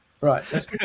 Right